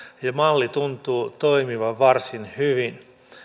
ja malli tuntuu toimivan varsin hyvin